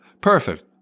Perfect